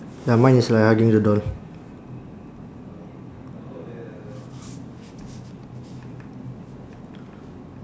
ya mine is like hugging the doll